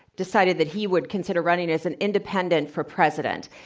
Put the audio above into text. decided that he would consider running as an independent for president.